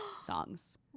Songs